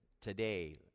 today